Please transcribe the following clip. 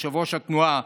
יושב-ראש התנועה,